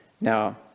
Now